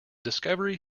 discovery